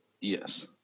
yes